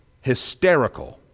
hysterical